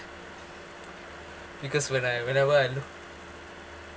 because when I whenever I looked